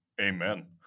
Amen